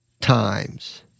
times